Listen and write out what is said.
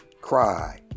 cry